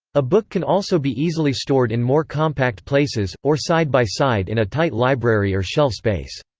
a book can also be easily stored in more compact places, or side by side in a tight library or shelf space.